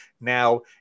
Now